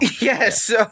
Yes